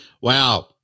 wow